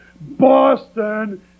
Boston